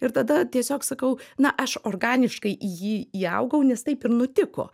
ir tada tiesiog sakau na aš organiškai į jį įaugau nes taip ir nutiko